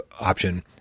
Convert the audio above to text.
option